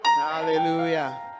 hallelujah